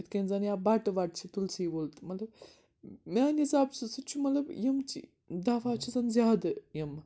یِتھ کٔنۍ زَن یا بَٹہٕ وَٹہٕ چھِ تُلسی وُل تہٕ مطلب میٛانہِ حِساب چھُ سُہ چھُ مطلب یِم چہِ دَوا چھِ زَن زیادٕ یِم